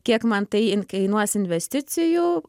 kiek man tai kainuos investicijų